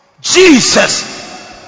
Jesus